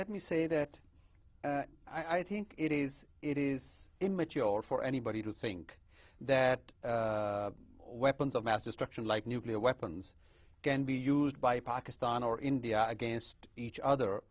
let me say that i think it is it is immature or for anybody to think that weapons of mass destruction like nuclear weapons can be used by pakistan or india against each other